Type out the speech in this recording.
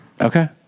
Okay